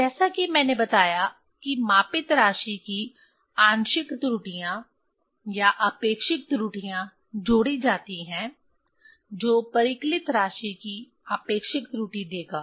तो जैसा कि मैंने बताया कि मापित राशि की आंशिक त्रुटियां या आपेक्षिक त्रुटियां जोड़ी जाती हैं जो परिकलित राशि की आपेक्षिक त्रुटि देगा